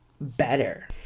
better